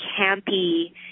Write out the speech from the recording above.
campy